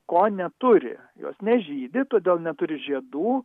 ko neturi jos nežydi todėl neturi žiedų